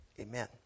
Amen